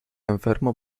enfermo